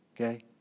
Okay